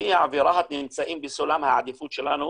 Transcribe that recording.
יפיע ורהט נמצאים בסולם העדיפות שלנו,